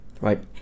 right